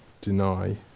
deny